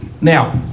Now